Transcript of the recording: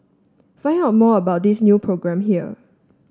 find out more about this new programme here